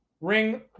ring